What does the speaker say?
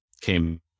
came